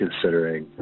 considering